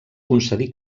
concedí